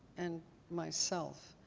and myself,